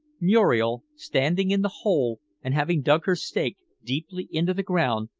muriel, standing in the hole and having dug her stake deeply into the ground,